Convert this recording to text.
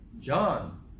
john